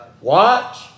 Watch